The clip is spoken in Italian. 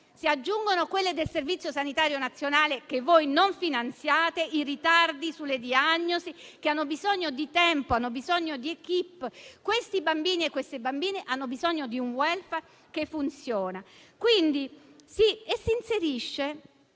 si aggiungono quelle del Servizio sanitario nazionale che voi non finanziate, con i ritardi sulle diagnosi che hanno bisogno di tempo e di *équipe*. Quei bambini e quelle bambine hanno bisogno di un *welfare* che funziona. Il provvedimento inserisce